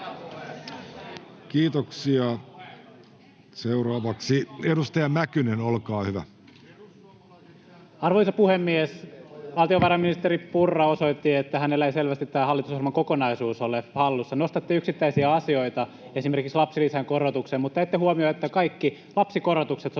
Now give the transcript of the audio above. ohjelma 20.6.2023 Time: 10:57 Content: Arvoisa puhemies! Valtiovarainministeri Purra osoitti, että hänellä ei selvästi hallitusohjelman kokonaisuus ole hallussa. Nostatte yksittäisiä asioita, esimerkiksi lapsilisän korotuksen, mutta ette huomioi, että kaikki lapsikorotukset